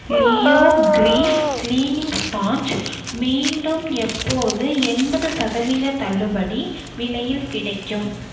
Leo grease cleaning sponge மீண்டும் எப்போது எண்பது சதவீத தள்ளுபடி விலையில் கிடைக்கும்